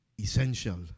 essential